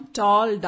tall